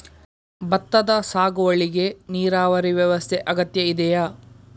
ಭತ್ತದ ಸಾಗುವಳಿಗೆ ನೀರಾವರಿ ವ್ಯವಸ್ಥೆ ಅಗತ್ಯ ಇದೆಯಾ?